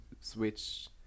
switch